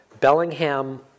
Bellingham